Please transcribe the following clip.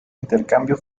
intercambio